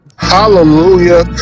Hallelujah